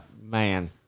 man